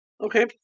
okay